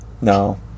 No